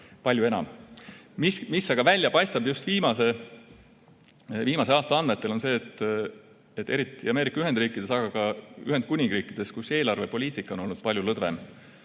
Mis aga välja paistab just viimase aasta andmetel, on see, et eriti Ameerika Ühendriikides, aga ka Ühendkuningriigis, kus eelarvepoliitika on olnud palju lõdvem